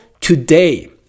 today